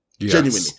Genuinely